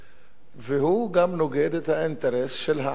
והוא גם נוגד את האינטרס של העם בישראל,